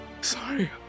Sorry